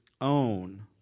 own